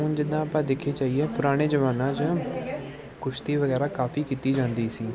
ਹੁਣ ਜਿੱਦਾਂ ਆਪਾਂ ਦੇਖੀ ਜਾਈਏ ਪੁਰਾਣੇ ਜ਼ਮਾਨੇ 'ਚ ਕੁਸ਼ਤੀ ਵਗੈਰਾ ਕਾਫੀ ਕੀਤੀ ਜਾਂਦੀ ਸੀ